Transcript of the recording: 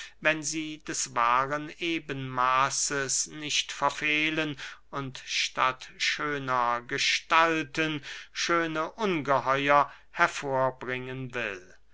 wenn sie des wahren ebenmaßes nicht verfehlen und statt schöner gestalten schöne ungeheuer hervorbringen will